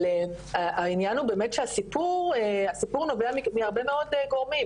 אבל העניין הוא באמת שהסיפור נובע מהרבה מאוד גורמים.